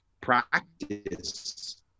practice